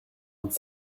vingt